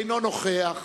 אינו נוכח.